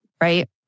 right